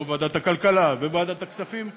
כמו ועדת הכלכלה וועדת הכספים,